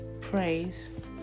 praise